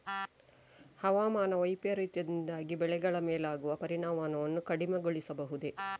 ಹವಾಮಾನ ವೈಪರೀತ್ಯದಿಂದಾಗಿ ಬೆಳೆಗಳ ಮೇಲಾಗುವ ಪರಿಣಾಮವನ್ನು ಕಡಿಮೆಗೊಳಿಸಬಹುದೇ?